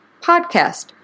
podcast